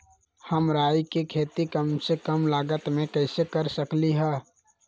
हम राई के खेती कम से कम लागत में कैसे कर सकली ह?